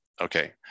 Okay